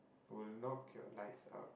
will knock your lights out